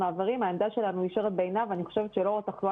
העמדה שלנו נשארת בעינה ואני חושבת שלאור התחלואה